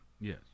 Yes